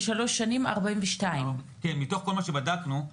מתוך כל מה שבדקנו.